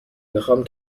میخوام